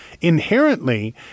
inherently